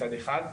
מצד אחד,